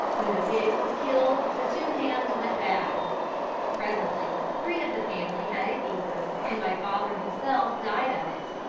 when the pig was killed the two hams went bad presently three of the family had a fever, and my father himself died of it.